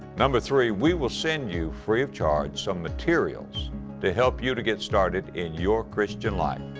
number three, we will send you, free of charge, some materials to help you to get started in your christian life.